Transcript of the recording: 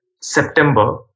September